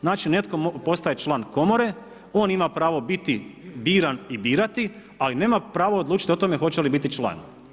Znači netko postaje član komore, on ima pravo biti biran i birati ali nema pravo odlučiti o tome hoće li biti član.